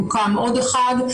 הוקם עוד אחד.